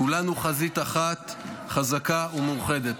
כולנו חזית אחת חזקה ומאוחדת.